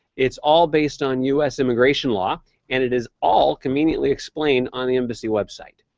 it's all based on u s. immigration law and it is all conveniently explained on the embassy website.